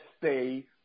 stay